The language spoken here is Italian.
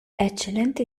eccellente